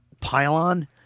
pylon